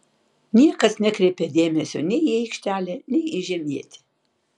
niekas nekreipė dėmesio nei į aikštelę nei į žemietį